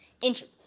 injured